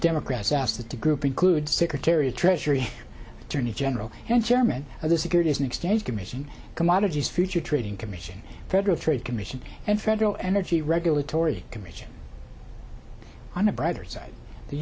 democrats asked the to group include secretary of treasury attorney general and chairman of the securities and exchange commission commodities futures trading commission federal trade commission and federal energy regulatory commission on a brighter side the